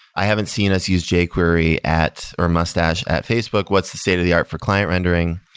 i haven't seen us use jquery at, or mustache at facebook. what's the state of the art for client rendering?